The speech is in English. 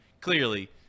clearly